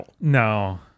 No